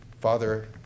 father